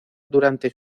durante